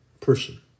person